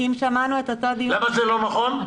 למה זה לא נכון?